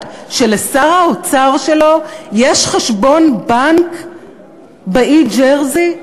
שלשר האוצר שלו יש חשבון בנק באי ג'רזי?